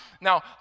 Now